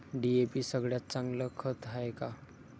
DAP सगळ्यात चांगलं खत हाये का?